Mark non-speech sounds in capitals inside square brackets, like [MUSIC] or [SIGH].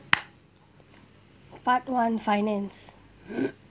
part one finance [COUGHS]